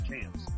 champs